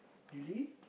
really